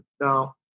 now